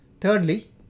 Thirdly